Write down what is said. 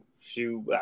shoe